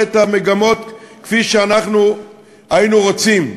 את המגמות כפי שאנחנו היינו רוצים.